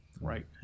Right